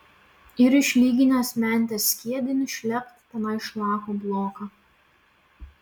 ir išlyginęs mente skiedinį šlept tenai šlako bloką